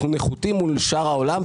אנחנו נחותים מול שאר העולם.